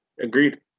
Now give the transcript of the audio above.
Agreed